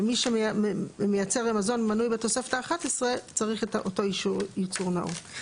ומי שמייצר מזון המנוי בתוספת האחת עשרה צריך את אותו אישור ייצור נאות.